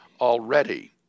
already